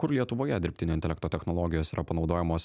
kur lietuvoje dirbtinio intelekto technologijos yra panaudojamos